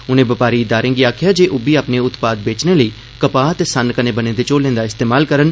उने बपारी इदारें गी आखेआ जे ओह् बी अपने उत्पाद बेचने लेई कपाह् ते सन्न कन्नै बने दे झोलें दा इस्तेमाल करन